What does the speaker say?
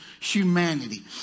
humanity